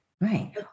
Right